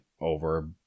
over